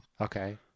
Okay